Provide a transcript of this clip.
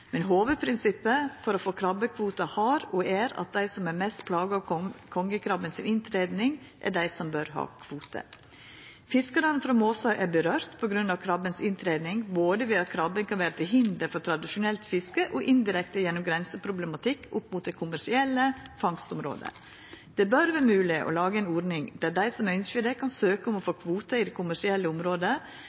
men hovudprinsippet for å få krabbekvote har vore og er at dei som er mest plaga av at kongekrabben har kome inn, er dei som bør ha kvote. Det at krabben har kome inn, vedkjem fiskarane frå Måsøy både ved at krabben kan vera til hinder for tradisjonelt fiske og indirekte gjennom grenseproblematikk mot det kommersielle fangstområdet. Det bør vera mogleg å laga ei ordning der dei som ønskjer det, kan søkja om å få kvote i det kommersielle